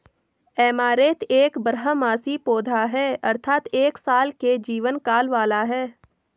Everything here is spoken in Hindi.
ऐमारैंथ एक बारहमासी पौधा है अर्थात एक साल के जीवन काल वाला है